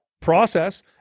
process